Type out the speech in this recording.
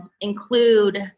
include